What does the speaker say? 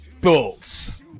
bolts